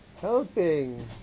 helping